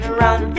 run